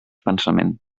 pensament